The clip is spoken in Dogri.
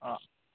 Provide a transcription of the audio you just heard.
हां हां